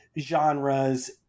genres